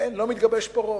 אין, לא מתגבש פה רוב.